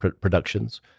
Productions